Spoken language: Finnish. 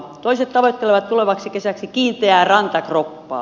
toiset tavoittelevat tulevaksi kesäksi kiinteää rantakroppaa